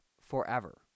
forever